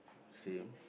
same